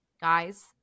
guys